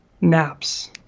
Naps